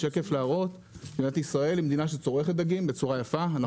מדינת ישראל צורכת דגים בצורה יפה.